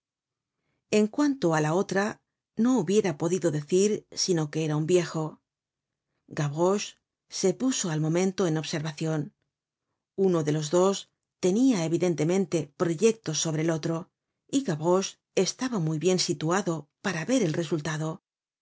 en cuanto á la otra no hubiera podido decir sino que era un viejo gavroche se puso al momento en observacion uno de los dos tenia evidentemente proyectos sobre el otro y gavroche estaba muy bien situado para ver el resultado la